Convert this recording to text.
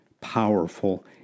powerful